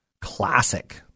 classic